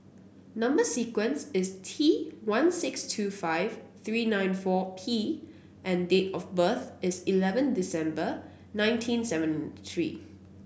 number sequence is T one six two five three nine four P and date of birth is eleven December nineteen seventy three